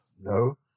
No